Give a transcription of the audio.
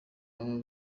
baba